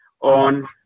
on